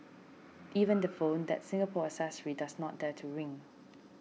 even the phone that Singapore accessory does not dare to ring